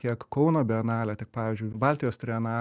tiek kauno bienalė tik pavyzdžiui baltijos trienalė